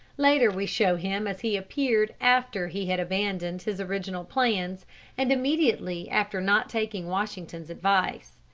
later we show him as he appeared after he had abandoned his original plans and immediately after not taking washington's advice.